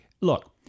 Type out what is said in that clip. look